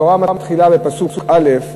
התורה מתחילה בפסוק א':